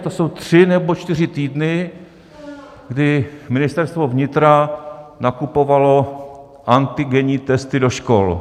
To jsou tři nebo čtyři týdny, kdy Ministerstvo vnitra nakupovalo antigenní testy do škol.